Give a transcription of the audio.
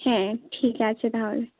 হ্যাঁ ঠিক আছে তাহলে